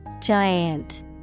Giant